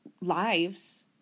lives